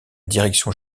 direction